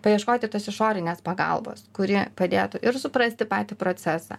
paieškoti tos išorinės pagalbos kuri padėtų ir suprasti patį procesą